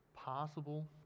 possible